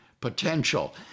potential